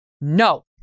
no